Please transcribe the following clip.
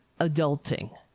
adulting